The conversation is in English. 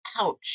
ouch